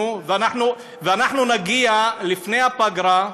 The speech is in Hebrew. נו, ואנחנו נגיע לפני הפגרה,